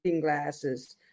glasses